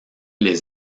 les